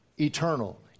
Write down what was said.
eternal